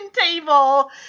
table